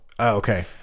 Okay